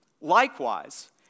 Likewise